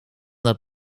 dat